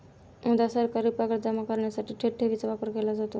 उदा.सरकारी पगार जमा करण्यासाठी थेट ठेवीचा वापर केला जातो